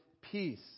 peace